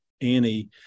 Annie